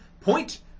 Point